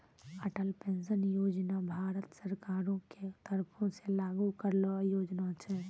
Atal pension Yojana Bharat सरकारो के तरफो से लागू करलो योजना छै